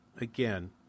again